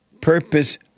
Purpose